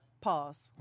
pause